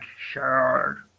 sure